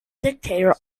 dictator